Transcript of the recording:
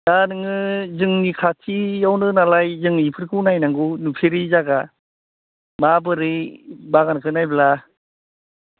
दा नोङो जोंनि खाथियावनो नालाय जों बेफोरखौ नायनांगौ नुफैरै जायगा माबोरै बागानखौ नायब्ला